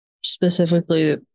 specifically